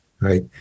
right